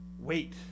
wait